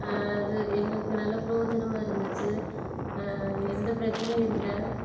அது எங்களுக்கு நல்ல பிரோயோஜனமா இருந்துச்சு எந்த பிரச்னையும் இல்லை